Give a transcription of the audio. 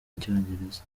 icyongereza